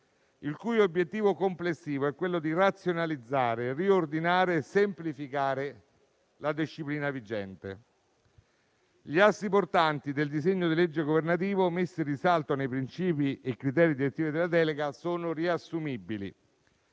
il cui obiettivo complessivo è quello di razionalizzare, riordinare e semplificare la disciplina vigente. Gli assi portanti del disegno di legge governativo messi in risalto nei principi e criteri direttivi della delega sono riassumibili